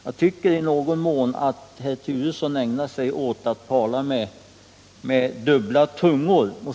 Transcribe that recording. Jag tycker att herr Turesson i någon mån ägnar sig åt att tala med kluven tunga.